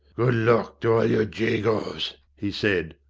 good luck to all you jagos he said.